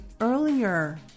earlier